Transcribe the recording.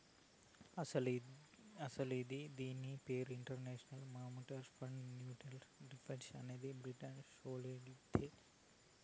అస్సలు ఇది దీని పేరు international movement for monetary reform అనే బ్రిటీషోల్లదిలే